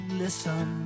listen